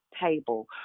table